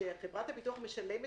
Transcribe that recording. כשאחר כך חברת הביטוח משלמת,